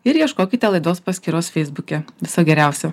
ir ieškokite laidos paskyros feisbuke viso geriausio